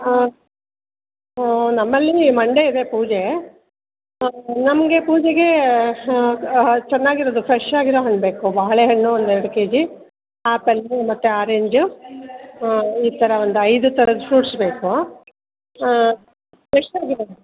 ಹಾಂ ಹಾಂ ನಮ್ಮಲ್ಲಿ ಮಂಡೆ ಇದೆ ಪೂಜೆ ಹಾಂ ನಮಗೆ ಪೂಜೆಗೆ ಚೆನ್ನಾಗಿರೋದು ಫ್ರೆಶ್ ಆಗಿರೋ ಹಣ್ಣು ಬೇಕು ಬಾಳೆಹಣ್ಣು ಒಂದು ಎರಡು ಕೆಜಿ ಆ್ಯಪಲ್ಲು ಮತ್ತು ಆರೆಂಜು ಹಾಂ ಈ ಥರ ಒಂದು ಐದು ಥರದ ಫ್ರೂಟ್ಸ್ ಬೇಕು ಫ್ರೆಶ್ ಆಗಿರೋದು